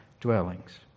dwellings